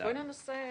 בואי ננסה.